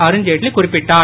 அருண்ஜெட்லி குறிப்பிட்டார்